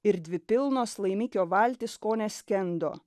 ir dvi pilnos laimikio valtys kone skendo